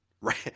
Right